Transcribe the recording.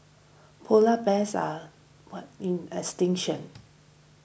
Polar Bears are what in extinction